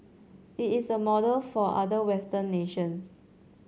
it is a model for other Western nations